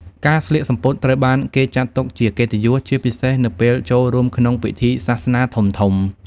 ការស្លៀកសំពត់ត្រូវបានគេចាត់ទុកជាកិត្តិយស ជាពិសេសនៅពេលចូលរួមក្នុងពិធីសាសនាធំៗ។